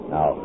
Now